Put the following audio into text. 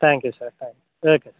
thank you sir okay sir